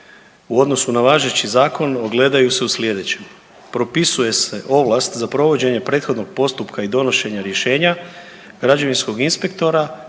u odnosu na važeći zakon ogledaju se u slijedećem, propisuje se ovlast za provođenje prethodnog postupka i donošenja rješenja građevinskog inspektora